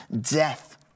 death